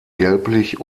gelblich